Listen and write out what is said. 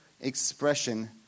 expression